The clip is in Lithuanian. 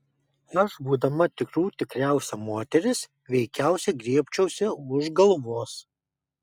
aš būdama tikrų tikriausia moteris veikiausiai griebčiausi už galvos